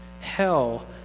hell